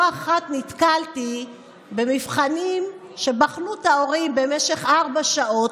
לא אחת נתקלתי במבחנים שבחנו את ההורים במשך ארבע שעות,